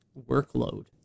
workload